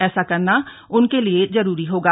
ऐसा करना उनके लिए जरूरी होगा